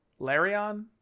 Larion